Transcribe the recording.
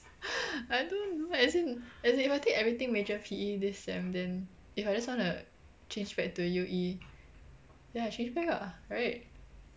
I don't know as in as in if I take everything major P_E this sem then if I just want to change back to U_E then I change back ah right